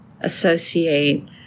associate